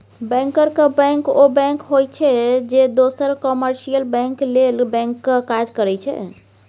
बैंकरक बैंक ओ बैंक होइ छै जे दोसर कामर्शियल बैंक लेल बैंकक काज करै छै